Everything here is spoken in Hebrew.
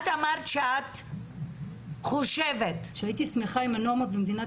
את אמרת שאת חושבת --- שהייתי שמחה אם הנורמות במדינת